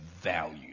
value